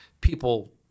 people